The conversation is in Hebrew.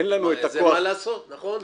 אין לנו את הכוח --- מה לעשות, נכון.